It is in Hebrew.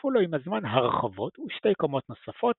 ונוספו לו עם הזמן הרחבות ושתי קומות נוספות